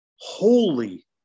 holy